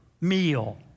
meal